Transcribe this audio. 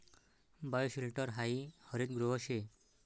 bioshelter हायी हरितगृह शे